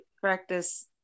practice